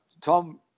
Tom